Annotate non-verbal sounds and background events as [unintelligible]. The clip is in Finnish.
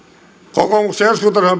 kokoomuksen eduskuntaryhmä [unintelligible]